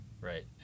right